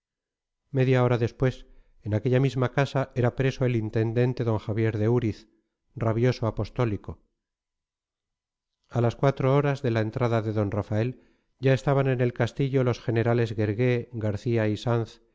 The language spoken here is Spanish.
media hora después en aquella misma casa era preso el intendente d javier de uriz rabioso apostólico a las cuatro horas de la entrada de d rafael ya estaban en el castillo los generales guergué garcía y sanz